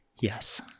yes